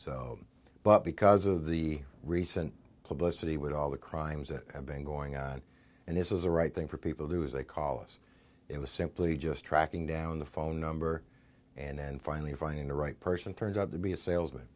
business but because of the recent publicity with all the crimes that have been going on and this is the right thing for people to do is they call us it was simply just tracking down the phone number and finally finding the right person turns out to be a salesman